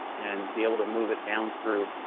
and be able to move it down through